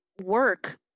work